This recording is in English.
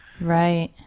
Right